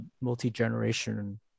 multi-generation